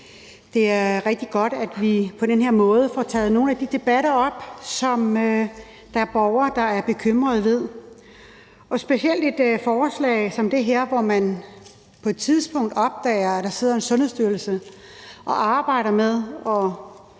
Det er rigtig godt, at vi på den her måde får taget nogle af de debatter op, hvor der er borgere, der er bekymrede, og det gælder specielt et forslag som det her. På et tidspunkt opdager man, at der sidder en Sundhedsstyrelse og arbejder med at